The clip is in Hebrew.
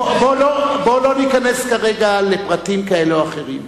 בוא לא ניכנס כרגע לפרטים כאלה או אחרים,